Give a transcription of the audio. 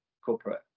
corporate